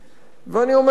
עמיתי חברי הכנסת,